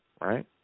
right